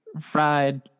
fried